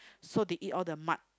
so they eat all the mud